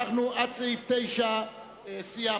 עד סעיף 9 אנחנו סיימנו.